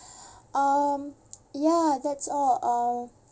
um ya that's all uh